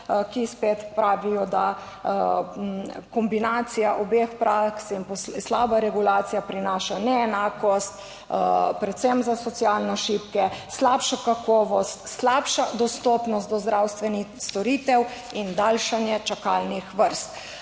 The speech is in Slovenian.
ki spet pravijo, da kombinacija obeh praks in slaba regulacija prinaša neenakost, predvsem za socialno šibke, slabšo kakovost, slabša dostopnost do zdravstvenih storitev in daljšanje čakalnih vrst.